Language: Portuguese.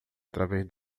através